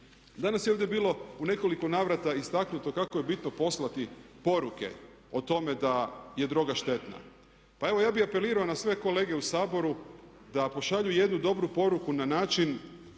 Danas je ovdje bilo u nekoliko navrata istaknuto kako je bitno poslati poruke o tome da je droga štetna. Pa evo ja bih apelirao na sve kolege u Saboru da pošalju jednu dobru poruku na način,